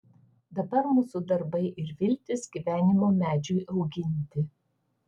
dabar mūsų darbai ir viltys gyvenimo medžiui auginti